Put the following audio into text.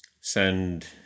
send